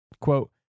Quote